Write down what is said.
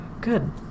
Good